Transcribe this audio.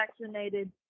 vaccinated